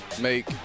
make